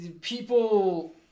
People